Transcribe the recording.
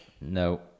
No